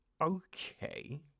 Okay